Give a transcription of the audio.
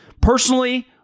personally